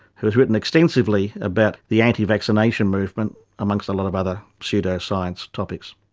who has written extensively about the anti-vaccination movement, amongst a lot of other pseudo-science topics.